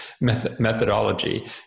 methodology